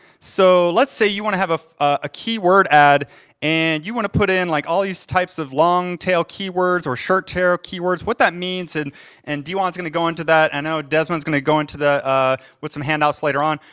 so, let's say you wanna have a ah keyword ad and you wanna put in like all these types of long tail keywords or short tail keywords, what that means, and and deewon's gonna go into that, i and know desmond's gonna go into that ah with some handouts later on,